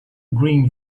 green